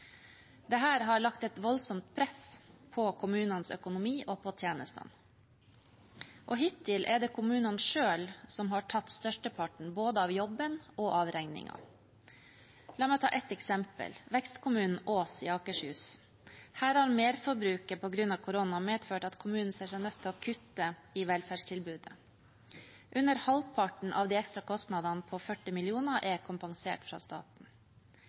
har lagt et voldsomt press på kommunenes økonomi og på tjenestene, og hittil er det kommunene selv som har tatt størsteparten både av jobben og av regningen. La meg ta ett eksempel: vekstkommunen Ås i Akershus. Her har merforbruket på grunn av koronaen medført at kommunen ser seg nødt til å kutte i velferdstilbudet. Under halvparten av de ekstra kostnadene på 40 mill. kr er kompensert fra staten.